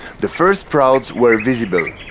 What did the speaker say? the first sprouts were visible.